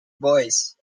boys